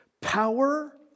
Power